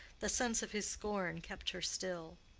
the sense of his scorn kept her still.